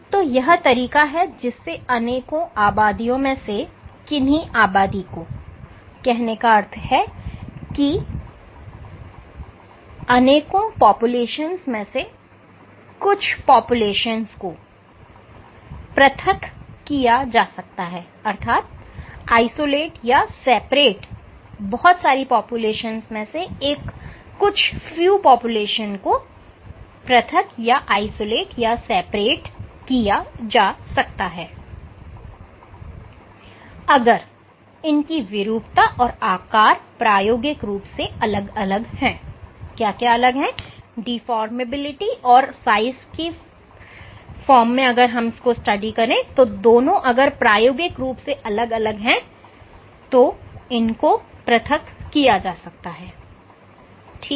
तो यह तरीका है जिससे अनेकों आबादियों में से किन्ही आबादी को पृथक किया जा सकता है अगर इनकी विरुपता और आकार प्रायोगिक रूप से अलग अलग है ठीक है